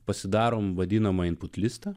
pasidarome vadinamąjį input listą